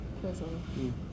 prison